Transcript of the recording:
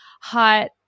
hot